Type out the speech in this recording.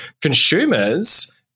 consumers